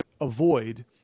avoid